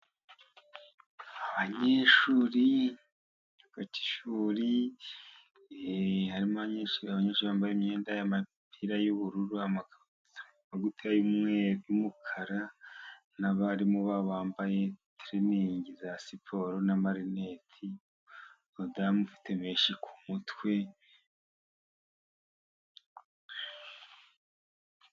Abanyeshuri ikigo cy'ishuri harimo abanyeshuri bambaye imyenda, imipira y'ubururu, amakabutura y'umweru n'umukara, abarimu babo bambaye itiriningi za siporo na marineti, umudamu ufite menshi ku mutwe...